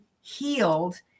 healed